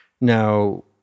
Now